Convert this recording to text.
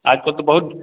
आज कल तो बहुत